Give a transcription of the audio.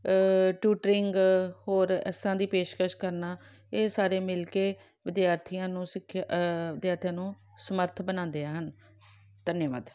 tutoring ਹੋਰ ਇਸ ਤਰ੍ਹਾਂ ਦੀ ਪੇਸ਼ਕਸ਼ ਕਰਨਾ ਇਹ ਸਾਰੇ ਮਿਲ ਕੇ ਵਿਦਿਆਰਥੀਆਂ ਨੂੰ ਸਿੱਖਿਆ ਵਿਦਿਆਰਥੀਆਂ ਨੂੰ ਸਮਰੱਥ ਬਣਾਉਂਦੇ ਹਨ ਸ ਧੰਨਵਾਦ